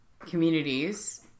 Communities